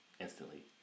instantly